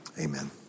amen